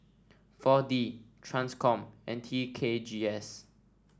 four D Transcom and T K G S